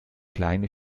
kleine